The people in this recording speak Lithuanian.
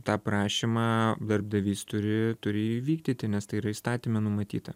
tą prašymą darbdavys turi turi įvykdyti nes tai yra įstatyme numatyta